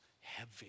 heavy